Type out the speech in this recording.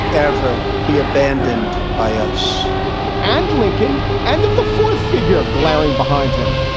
ever be abandoned by us and lincoln, end of the fourth figure, glaring behind him.